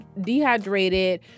dehydrated